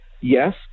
yes